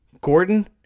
Gordon